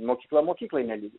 mokykla mokyklai nelygi